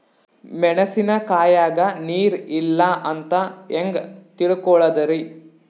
ಮೆಣಸಿನಕಾಯಗ ನೀರ್ ಇಲ್ಲ ಅಂತ ಹೆಂಗ್ ತಿಳಕೋಳದರಿ?